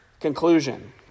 conclusion